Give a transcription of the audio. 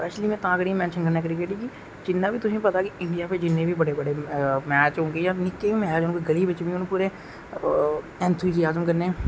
actually में तां करियै मेंशन करना क्रिकेट गी क्योकि इंडिया च जिन्ना बी बड्डे बड्डे मैच निक्के बी मैच होन गलियै च बी होन कुदे ऐंथुजिआजम कन्नै